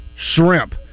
shrimp